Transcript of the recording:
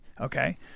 Okay